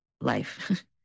life